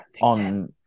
on